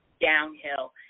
downhill